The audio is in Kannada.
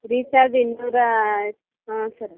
ರೀಚಾರ್ಜ್ ಇನ್ನೂರಾ ಹಾಂ ಸರ್